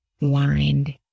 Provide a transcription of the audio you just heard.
wind